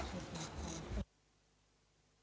hvala.